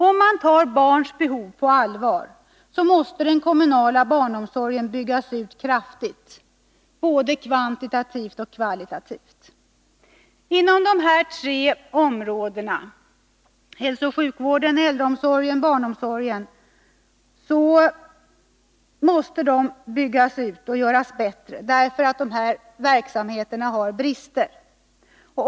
Om man tar barns behov på allvar, så måste den kommunala barnomsorgen byggas ut kraftigt — både kvantitativt och kvalitativt. Dessa tre områden — hälsooch sjukvården, äldreomsorgen och barnomsorgen — måste byggas ut och göras bättre, för dessa verksamheter har brister.